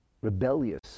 rebellious